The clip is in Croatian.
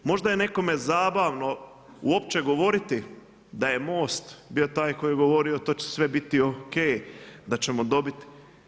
Možda je nekome zabavno uopće govoriti da je MOST bio taj koji je govorio to će sve biti o.k. da ćemo dobiti.